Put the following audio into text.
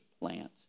plant